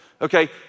Okay